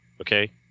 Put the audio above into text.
okay